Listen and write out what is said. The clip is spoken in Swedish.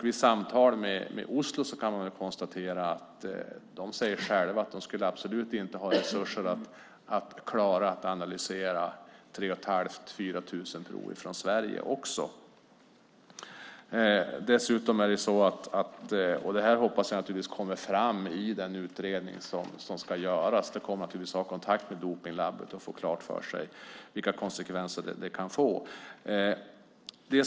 Vid samtal med laboratoriet i Oslo säger man själv att man inte har resurser för att klara att analysera även 3 500-4 000 prov från Sverige. Detta hoppas jag kommer fram i den utredning som ska göras. Man kommer naturligtvis att ha kontakt med dopningslabbet och få klart för sig vilka konsekvenser som det kan få.